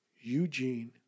Eugene